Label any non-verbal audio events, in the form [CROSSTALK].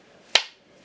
[NOISE]